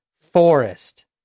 forest